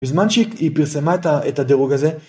בזמן שהיא פרסמה את הדרוג הזה